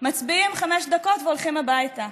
מצביעים חמש דקות והולכים הביתה.